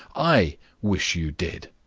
i wish you did.